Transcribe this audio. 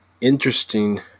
interesting